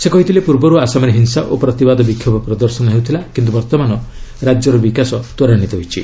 ସେ କହିଥିଲେ ପୂର୍ବରୁ ଆସାମରେ ହିଂସା ଓ ପ୍ରତିବାଦ ବିକ୍ଷୋଭ ପ୍ରଦର୍ଶନ ହେଉଥିଲା କିନ୍ତୁ ବର୍ତ୍ତମାନ ରାଜ୍ୟର ବିକାଶ ତ୍ୱରାନ୍ୱିତ ହୋଇଛି